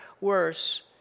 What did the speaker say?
worse